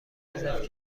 رزرو